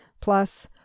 plus